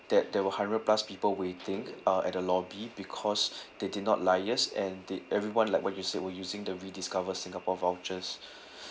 that there were hundred plus people waiting uh at the lobby because they did not liaise and did everyone like what you said were using the rediscover singapore vouchers